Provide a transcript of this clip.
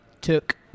took